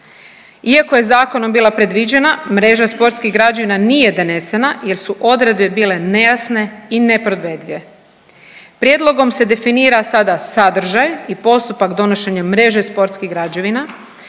Iako je zakonom bilo predviđena mreža sportskih građevina nije donesena jer su odredbe bile nejasne i neprovedive. Prijedlogom se definira sada sadržaj i postupak donošenja mreže sportskih građevina